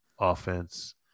offense